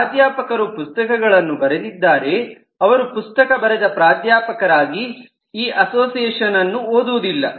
ಪ್ರಾಧ್ಯಾಪಕರು ಪುಸ್ತಕಗಳನ್ನು ಬರೆದಿದ್ದಾರೆ ಅವರು ಪುಸ್ತಕ ಬರೆದ ಪ್ರಾಧ್ಯಾಪಕರಾಗಿ ಈ ಅಸೋಸಿಯೇಷನ್ ಅನ್ನು ಓದುವುದಿಲ್ಲ